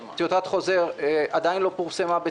שעדיין לא פורסמה,